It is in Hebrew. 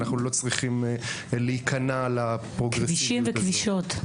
אנחנו לא צריכים להיכנע לפרוגרסיביות הזאת.